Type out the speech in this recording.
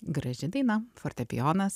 graži daina fortepijonas